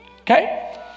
okay